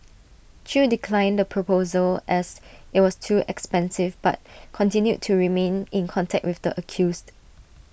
chew declined the proposal as IT was too expensive but continued to remain in contact with the accused